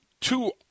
two